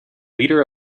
leader